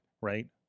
right